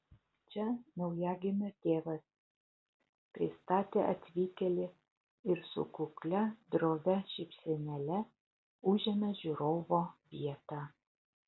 čia naujagimio tėvas pristatė atvykėlį ir su kuklia drovia šypsenėle užėmė žiūrovo vietą